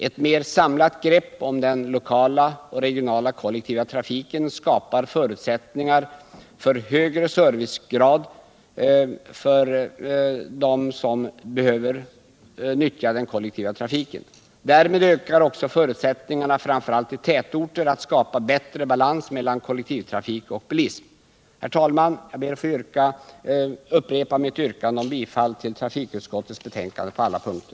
Eu mer samlat grepp om den lokala och regionala kollektiva trafiken skapar förutsättningar för en högre servicegrad för dem som behöver utnyttja den kollektiva trafiken. Därmed ökar också förutsättningarna att framför allt i tätorter skapa bättre balans mellan kollektivtrafik och bilism. Herr talman! Jag upprepar mitt yrkande om bifall till trafikutskottets hemställan på alla punkter.